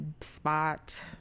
spot